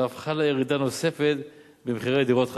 ואף חלה ירידה נוספת במחירי דירות חדשות.